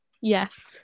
Yes